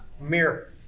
Mirror